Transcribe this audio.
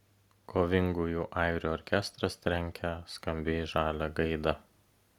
kovingųjų airių orkestras trenkia skambiai žalią gaidą